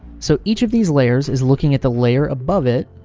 so each of these layers is looking at the layer above it,